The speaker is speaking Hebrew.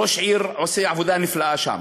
ראש העיר עושה שם עבודה נפלאה.